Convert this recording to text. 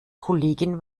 kollegin